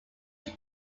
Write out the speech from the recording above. east